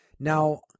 Now